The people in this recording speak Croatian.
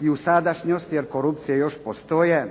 i u sadašnjost, jer korupcije još postoje